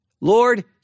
Lord